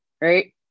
right